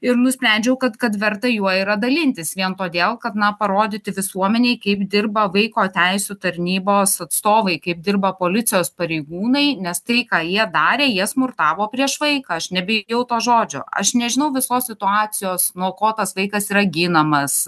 ir nusprendžiau kad kad verta juo yra dalintis vien todėl kad na parodyti visuomenei kaip dirba vaiko teisių tarnybos atstovai kaip dirba policijos pareigūnai nes tai ką jie darė jie smurtavo prieš vaiką aš nebijau to žodžio aš nežinau visos situacijos nuo ko tas vaikas yra ginamas